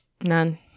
None